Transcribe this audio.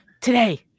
today